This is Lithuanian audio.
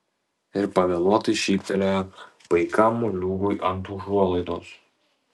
ir pavėluotai šyptelėjo paikam moliūgui ant užuolaidos